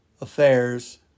affairs